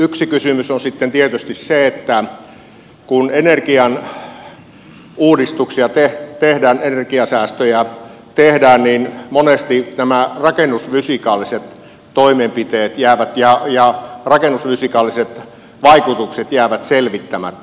yksi kysymys on sitten tietysti se että kun energiauudistuksia tehdään energiasäästöjä tehdään niin monesti nämä rakennusfysikaaliset toimenpiteet ja rakennusfysikaaliset vaikutukset jäävät selvittämättä